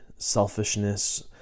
Selfishness